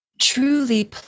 truly